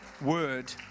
word